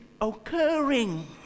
occurring